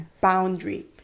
boundary